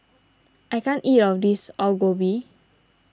I can't eat all of this Alu Gobi